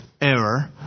error